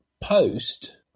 Post